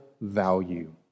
value